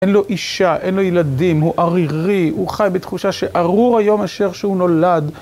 אין לו אישה, אין לו ילדים, הוא ערירי, הוא חי בתחושה שארור היום אשר שהוא נולד.